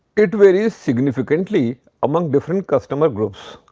it varies significantly among different customer groups.